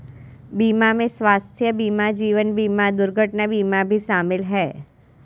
बीमा में स्वास्थय बीमा जीवन बिमा दुर्घटना बीमा भी शामिल है